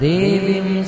Devim